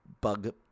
bug